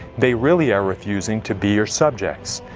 they really are refusing to be your subjects.